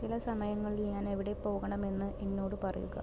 ചില സമയങ്ങളിൽ ഞാൻ എവിടെ പോകണമെന്ന് എന്നോട് പറയുക